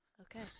Okay